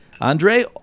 Andre